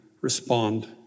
respond